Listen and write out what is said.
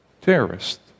terrorist